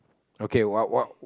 okay what what